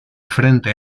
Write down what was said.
frente